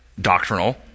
doctrinal